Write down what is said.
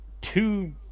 two